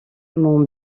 mon